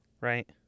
right